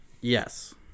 Yes